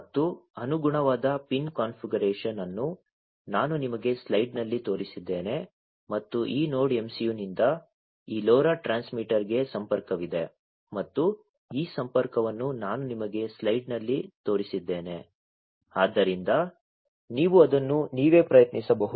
ಮತ್ತು ಅನುಗುಣವಾದ pin configuration ಅನ್ನು ನಾನು ನಿಮಗೆ ಸ್ಲೈಡ್ನಲ್ಲಿ ತೋರಿಸಿದ್ದೇನೆ ಮತ್ತು ಈ ನೋಡ್ MCU ನಿಂದ ಈ LoRa ಟ್ರಾನ್ಸ್ಮಿಟರ್ಗೆ ಸಂಪರ್ಕವಿದೆ ಮತ್ತು ಈ ಸಂಪರ್ಕವನ್ನು ನಾನು ನಿಮಗೆ ಸ್ಲೈಡ್ನಲ್ಲಿ ತೋರಿಸಿದ್ದೇನೆ ಆದ್ದರಿಂದ ನೀವು ಅದನ್ನು ನೀವೇ ಪ್ರಯತ್ನಿಸಬಹುದು